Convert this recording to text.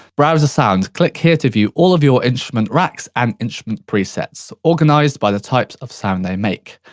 browser sounds, click here to view all of your instrument racks and instrument presets, organised by the types of sound they make.